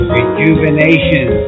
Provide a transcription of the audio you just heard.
Rejuvenation